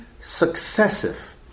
successive